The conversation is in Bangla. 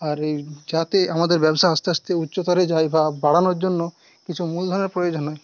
আর ওই যাতে আমাদের ব্যবসা আস্তে আস্তে উচ্চতরে যায় বা বাড়ানোর জন্য কিছু মূলধনের প্রয়োজন হয়